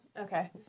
Okay